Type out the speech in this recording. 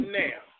now